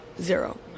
Zero